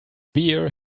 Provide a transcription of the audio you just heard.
beer